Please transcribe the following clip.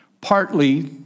partly